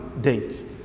date